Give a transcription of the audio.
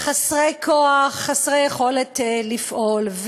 חסרי כוח, חסרי יכולת לפעול.